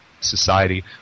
Society